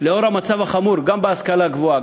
עקב המצב החמור גם בהשכלה הגבוהה,